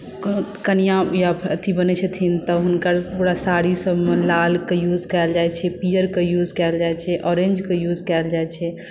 कनिऑं या एथी बनै छथिन तऽ हुनकर पुरा साड़ी सभमे लाल के युज कयल जाइत छै पियर के युज कयल जाइत छै ऑरेन्जके युज कयल जाइत छै